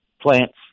plants